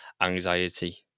anxiety